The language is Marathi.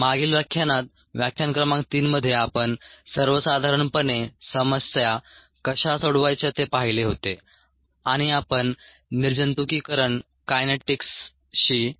मागील व्याख्यानात व्याख्यान क्रमांक 3 मध्ये आपण सर्वसाधारणपणे समस्या कशा सोडवायच्या ते पाहिले होते आणि आपण निर्जंतुकीकरण कायनेटीक्सशी संबंधित समस्या सोडवली